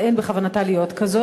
אבל אין בכוונתה להיות כזאת.